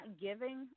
giving